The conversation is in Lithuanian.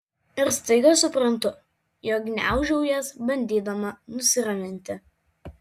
ir staiga suprantu jog gniaužau jas bandydama nusiraminti